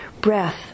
breath